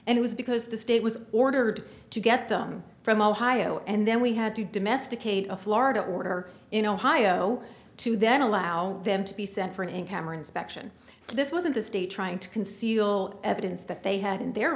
and it was because the state was ordered to get them from ohio and then we had to domesticate a florida order in ohio to then allow them to be sent for an income or inspection this wasn't the state trying to conceal evidence that they had in their